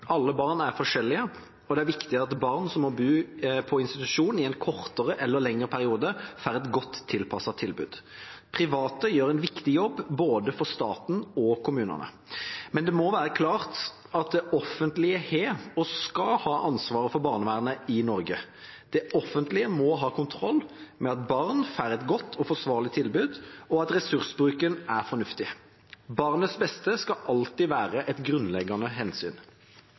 Alle barn er forskjellige, og det er viktig at barn som må bo på institusjon i en kortere eller lengre periode, får et godt og tilpasset tilbud. Private gjør en viktig jobb både for staten og for kommunene. Men det må være klart at det offentlige har og skal ha ansvaret for barnevernet i Norge. Det offentlige må ha kontroll med at barna får et godt og forsvarlig tilbud, og at ressursbruken er fornuftig. Barnets beste skal alltid være et grunnleggende hensyn.